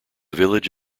village